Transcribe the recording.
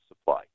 supply